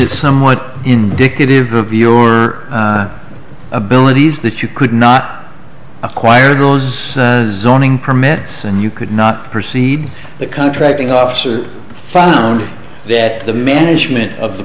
it somewhat indicative of your abilities that you could not acquire don's zoning permit and you could not proceed the contracting officer found that the management of the